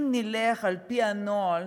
אם נלך על-פי הנוהל,